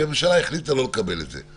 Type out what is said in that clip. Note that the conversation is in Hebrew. כי הממשלה החליטה לא לקבל את זה.